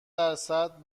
درصد